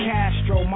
Castro